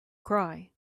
cry